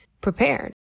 prepared